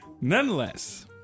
Nonetheless